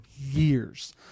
years